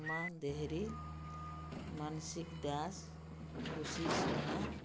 ଅଣୁପମା ଦେହରି ମାନସିକ୍ ଦାସ ଖୁସି ସୁନା